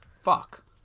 Fuck